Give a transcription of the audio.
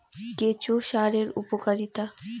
কেঁচো সারের উপকারিতা?